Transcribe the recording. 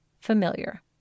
familiar